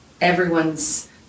everyone's